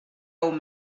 old